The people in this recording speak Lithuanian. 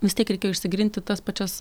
vis tiek reikėjo išsigryninti tas pačias